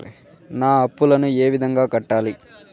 నా అప్పులను ఏ విధంగా కట్టాలి?